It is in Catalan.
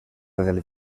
del